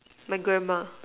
my grandma